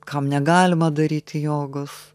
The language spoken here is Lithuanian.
kam negalima daryti jogos